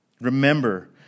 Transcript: Remember